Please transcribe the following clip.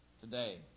today